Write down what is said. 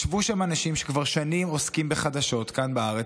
ישבו שם אנשים שכבר שנים עוסקים בחדשות כאן בארץ,